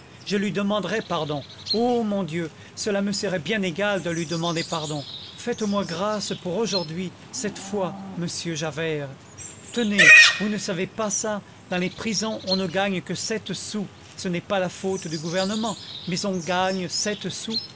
je lui demanderais pardon oh mon dieu cela me serait bien égal de lui demander pardon faites-moi grâce pour aujourd'hui cette fois monsieur javert tenez vous ne savez pas ça dans les prisons on ne gagne que sept sous ce n'est pas la faute du gouvernement mais on gagne sept sous